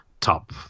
top